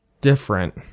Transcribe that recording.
different